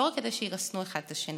לא רק כדי שירסנו אחד את השני,